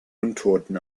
untoten